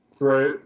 right